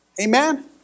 Amen